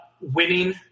winning